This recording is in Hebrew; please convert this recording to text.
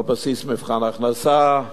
על בסיס מבחן הכנסה,